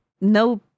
No